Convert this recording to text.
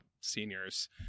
seniors